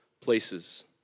places